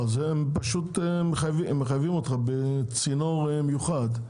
מחייבים אותך בצינור מיוחד.